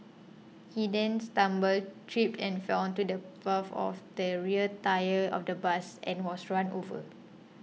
he then stumbled tripped and fell onto the path of the rear tyre of the bus and was run over